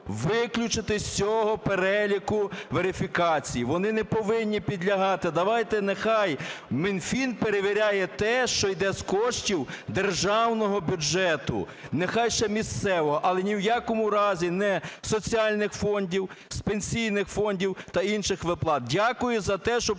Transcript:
вони не повинні підлягати, давайте нехай Мінфін перевіряє те, що йде з коштів державного бюджету, нехай ще з місцевого, але ні в якому разі не соціальних фондів, з пенсійних фондів та інших виплат. Дякую за те, що почули